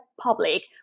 public